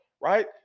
Right